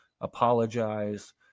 Apologize